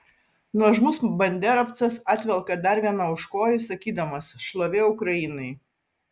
nuožmus banderovcas atvelka dar vieną už kojų sakydamas šlovė ukrainai